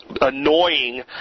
annoying